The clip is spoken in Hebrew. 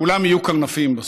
כולם יהיו קרנפים בסוף.